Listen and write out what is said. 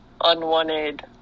unwanted